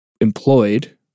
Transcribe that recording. employed